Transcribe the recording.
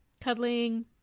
cuddling